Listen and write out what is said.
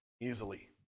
easily